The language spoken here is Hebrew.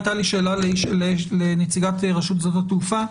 הייתה לי שאלה לנציגת רשות שדות התעופה,